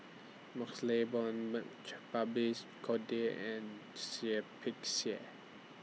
MaxLe Blond Babes Conde and Seah Peck Seah